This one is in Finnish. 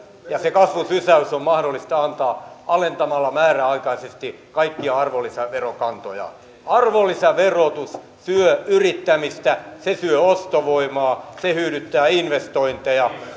ja se kasvusysäys on mahdollista antaa alentamalla määräaikaisesti kaikkia arvonlisäverokantoja arvonlisäverotus syö yrittämistä se syö ostovoimaa se hyydyttää investointeja